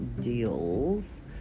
deals